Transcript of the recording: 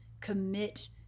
commit